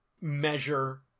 measure